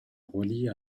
relie